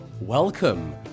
welcome